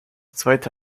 zweite